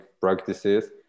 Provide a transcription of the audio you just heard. practices